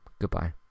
Goodbye